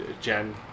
Jen